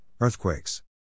earthquakes